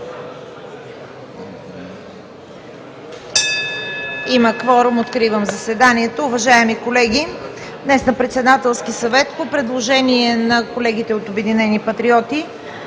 Има кворум. (Звъни.) Откривам заседанието. Уважаеми колеги, днес на Председателския съвет по предложение на колегите от „Обединени патриоти“,